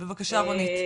בבקשה, רונית.